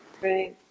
Right